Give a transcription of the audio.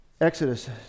Exodus